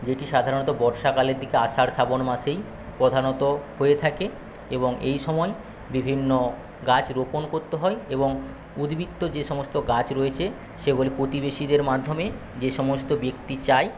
যেটি সাধারণত বর্ষাকালের দিকে আষাঢ় শ্রাবণ মাসেই প্রধানত হয়ে থাকে এবং এই সময় বিভিন্ন গাছ রোপণ করতে হয় এবং উদ্বৃত্ত যেসমস্ত গাছ রয়েছে সেগুলো প্রতিবেশীদের মাধ্যমে যে সমস্ত ব্যক্তি চায়